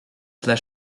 tle